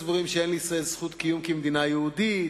60% סבורים שאין לישראל זכות קיום כמדינה יהודית,